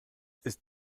ist